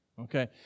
Okay